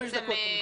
בוקר טוב לכולם.